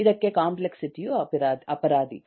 ಇದಕ್ಕೆ ಕಾಂಪ್ಲೆಕ್ಸಿಟಿ ಯು ಅಪರಾಧಿ